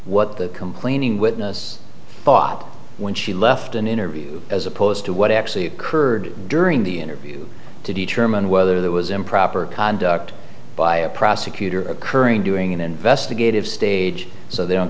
what the complaining witness thought when she left an interview as opposed to what actually occurred during the interview to determine whether that was improper conduct by a prosecutor occurring during an investigative stage so they don't